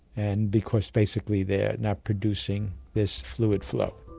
and because basically they're not producing this fluid flow.